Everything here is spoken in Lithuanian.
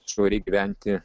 švariai gyventi